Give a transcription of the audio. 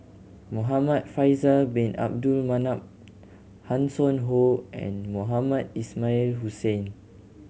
Muhamad Faisal Bin Abdul Manap Hanson Ho and Mohamed Ismail Hussain